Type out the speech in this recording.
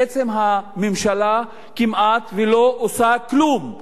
בעצם הממשלה כמעט לא עושה כלום,